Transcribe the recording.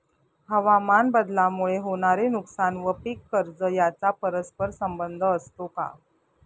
हवामानबदलामुळे होणारे नुकसान व पीक कर्ज यांचा परस्पर संबंध असतो का?